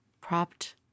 propped